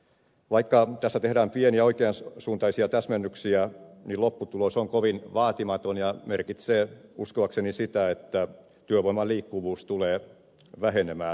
vaikka tässä tehdään pieniä oikean suuntaisia täsmennyksiä niin lopputulos on kovin vaatimaton ja merkitsee uskoakseni sitä että työvoiman liikkuvuus tulee vähenemään